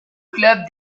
club